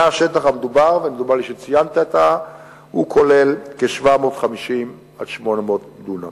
תא השטח המדובר, וציינת, כולל 750 800 דונם.